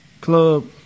Club